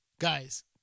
Guys